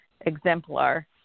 exemplar